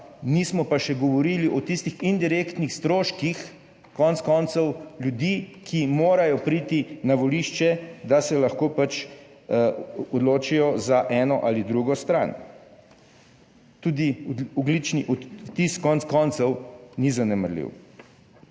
nismo pa še govorili o tistih indirektnih stroških konec koncev ljudi, ki morajo priti na volišče, da se lahko pač odločijo za eno ali drugo stran. Tudi ogljični odtis konec koncev ni zanemarljiv.